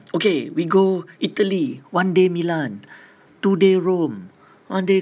okay we go italy one day milan two day rome one day